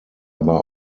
aber